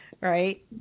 Right